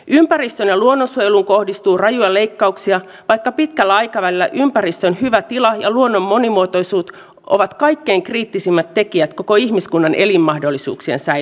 ympäristöön ja luonnonsuojeluun kohdistuu rajuja leikkauksia vaikka pitkällä aikavälillä ympäristön hyvä tila ja luonnon monimuotoisuus ovat kaikkein kriittisimmät tekijät koko ihmiskunnan elinmahdollisuuksien säilymisessä